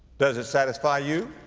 does it satisfy you?